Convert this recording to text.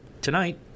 Tonight